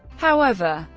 however,